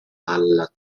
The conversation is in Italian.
alla